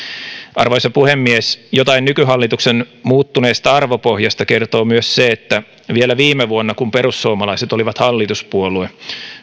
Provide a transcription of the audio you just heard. arvoisa puhemies jotain nykyhallituksen muuttuneesta arvopohjasta kertoo myös se että vielä viime vuonna kun perussuomalaiset olivat hallituspuolue